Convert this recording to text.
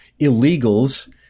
illegals